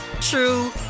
true